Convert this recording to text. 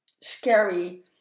scary